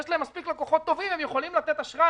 יש להם מספיק לקוחות טובים, הם יכולים לתת אשראי.